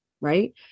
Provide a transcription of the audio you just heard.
Right